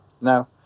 Now